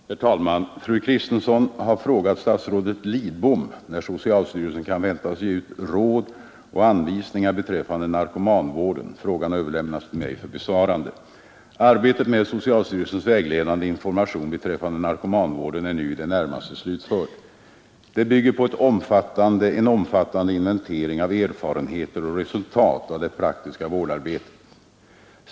Herr talman! Fru Kristensson har frågat statsrådet Lidbom när socialstyrelsen kan väntas ge ut ”råd och anvisningar beträffande narkomanvården”. Frågan har överlämnats till mig för besvarande. Arbetet med socialstyrelsens vägledande information beträffande narkomanvården är nu i det närmaste slutfört. Det bygger på en omfattande inventering av erfarenheter och resultat av det praktiska vårdarbetet.